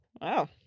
Wow